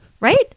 right